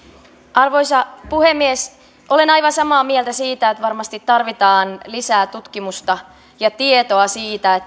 arvoisa puhemies olen aivan samaa mieltä siitä että varmasti tarvitaan lisää tutkimusta ja tietoa siitä